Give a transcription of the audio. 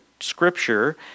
scripture